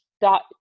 dot